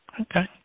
Okay